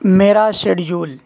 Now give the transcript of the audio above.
میرا شیڈیول